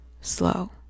slow